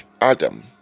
Adam